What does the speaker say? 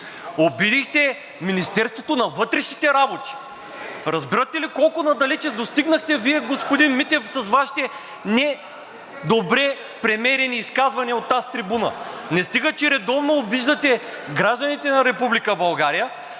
Обидихте Министерството на вътрешните работи. Разбирате ли колко надалече достигнахте Вие, господин Митев, с Вашите недобре премерени изказвания от тази трибуна. Не стига, че редовно обиждате гражданите на